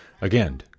Again